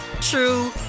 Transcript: true